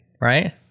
right